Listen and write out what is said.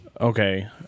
Okay